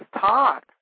talk